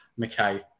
McKay